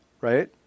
right